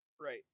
Right